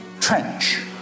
trench